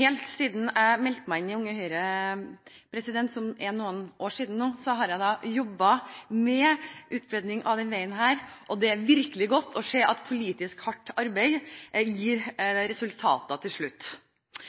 Helt siden jeg meldte meg inn i Unge Høyre, som er noen år siden nå, har jeg jobbet for utbedring av denne veien. Det er virkelig godt å se at politisk hardt arbeid gir resultater til slutt.